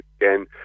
again